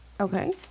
Okay